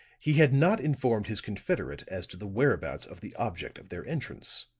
he had not informed his confederate as to the whereabouts of the object of their entrance.